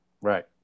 Right